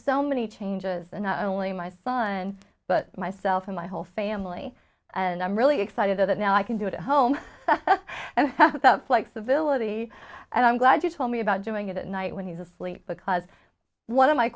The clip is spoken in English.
so many changes and not only my son but myself and my whole family and i'm really excited that now i can do it at home and that flexibility and i'm glad you told me about doing it at night when he's asleep because one of my